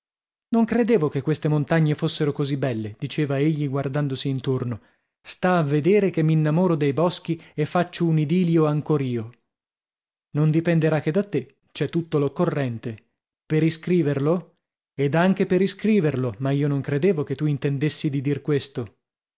non credevo che queste montagne fossero così belle diceva egli guardandosi intorno sta a vedere che m'innamoro dei boschi e faccio un idilio ancor io non dipenderà che da te c'è tutto l'occorrente per iscriverlo ed anche per iscriverlo ma io non credevo che tu intendessi di dir questo